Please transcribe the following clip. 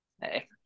Hey